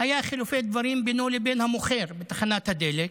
היו חילופי דברים בינו לבין המוכר בתחנת הדלק,